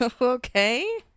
okay